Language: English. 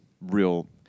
real